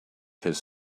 his